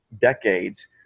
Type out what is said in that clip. decades